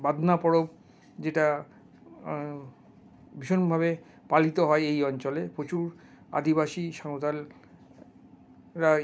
বাঁদনা পরব যেটা ভীষণভাবে পালিত হয় এই অঞ্চলে প্রচুর আদিবাসী সাঁওতালরা